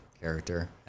character